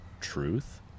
truth